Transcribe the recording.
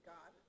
God